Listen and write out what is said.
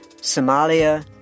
Somalia